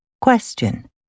Question